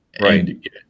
right